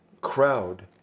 crowd